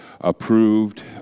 approved